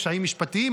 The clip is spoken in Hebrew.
קשיים משפטיים,